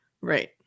Right